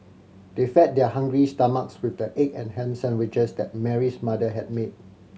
they fed their hungry stomachs with the egg and ham sandwiches that Mary's mother had made